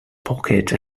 pocket